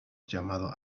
llamado